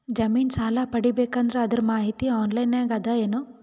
ಜಮಿನ ಸಾಲಾ ಪಡಿಬೇಕು ಅಂದ್ರ ಅದರ ಮಾಹಿತಿ ಆನ್ಲೈನ್ ನಾಗ ಅದ ಏನು?